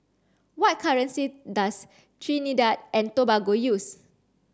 what currency does Trinidad and Tobago use